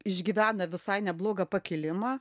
išgyvena visai neblogą pakilimą